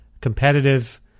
competitive